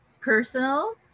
personal